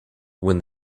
when